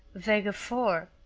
vega four.